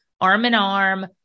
arm-in-arm